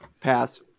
Pass